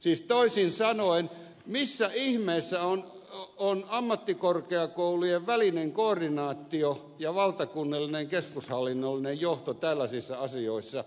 siis toisin sanoen missä ihmeessä on ammattikorkeakoulujen välinen koordinaatio ja valtakunnallinen keskushallinnollinen johto tällaisissa asioissa